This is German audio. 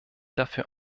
dafür